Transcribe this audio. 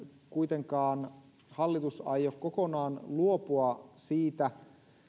kuitenkaan hallitus aio kokonaan luopua siitä